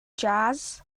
jazz